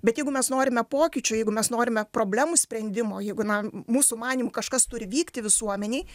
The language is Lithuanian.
bet jeigu mes norime pokyčių jeigu mes norime problemų sprendimo jeigu na mūsų manymu kažkas turi vykti visuomenėj